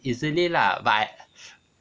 easily lah but I